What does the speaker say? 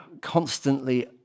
constantly